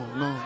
no